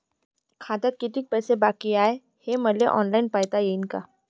खात्यात कितीक पैसे बाकी हाय हे मले ऑनलाईन पायता येईन का?